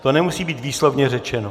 To nemusí být výslovně řečeno.